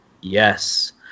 Yes